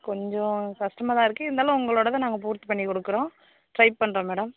கொஞ்சம் கஷ்டமாக தான் இருக்கு இருந்தாலும் உங்களோடதை நாங்கள் பூர்த்தி பண்ணி கொடுக்குறோம் ட்ரை பண்ணுறோம் மேடம்